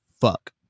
fuck